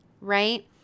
right